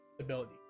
ability